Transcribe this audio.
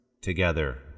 Together